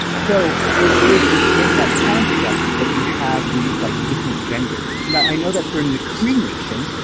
so, it is within that construct that you have these like different genders. now i know that for and the cree nation,